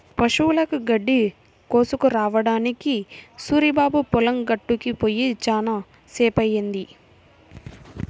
పశువులకి గడ్డి కోసుకురావడానికి సూరిబాబు పొలం గట్టుకి పొయ్యి చాలా సేపయ్యింది